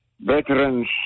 veterans